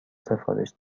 سفارش